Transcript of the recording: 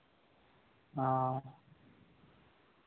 ᱚᱸᱻ